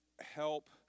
help